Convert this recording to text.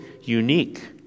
unique